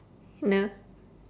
no